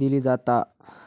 दिली जाता